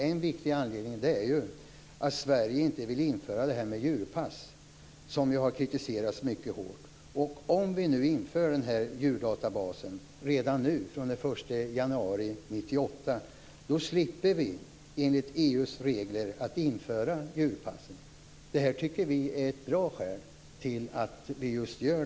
En viktig anledning är att Sverige inte vill införa djurpass, som ju har kritiserats mycket hårt. Om vi inför djurdatabasen redan fr.o.m. den 1 januari 1998, slipper vi enligt EU:s regler att införa djurpass. Vi tycker att det är ett bra skäl för denna åtgärd.